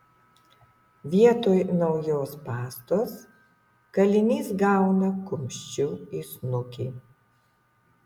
vietoj naujos pastos kalinys gauna kumščiu į snukį